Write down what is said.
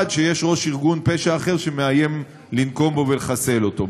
שיש ראש ארגון פשע אחר שמאיים לנקום בו ולחסל אותו?